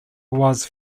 was